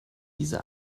diese